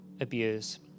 abuse